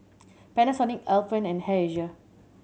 Panasonic Alpen and Air Asia